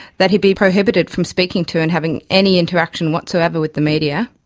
that he be prohibited from speaking to and having any interaction whatsoever with the media,